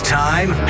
time